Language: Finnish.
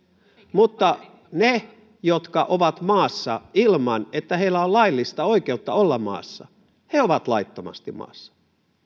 mutta ne jotka ovat maassa ilman että heillä on laillista oikeutta olla maassa ovat laittomasti maassa